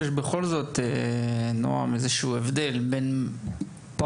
שיש בכל זאת איזה שהוא הבדל בין פעוט,